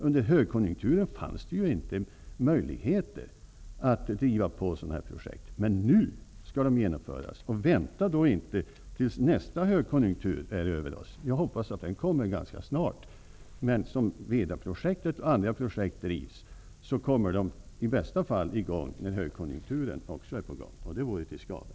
Under högkonjunkturen fanns ju inte möjligheter att driva på sådana här projekt. Men nu skall de genomföras. Vänta inte tills nästa högkonjunktur är över oss! Jag hoppas att den kommer ganska snart, men som Vedaprojektet och andra projekt drivs kommer de i bästa fall i gång när högkonjunkturen också är på gång. Det vore till skada.